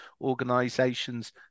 organizations